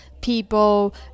people